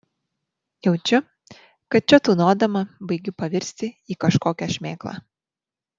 jaučiu kad čia tūnodama baigiu pavirsti į kažkokią šmėklą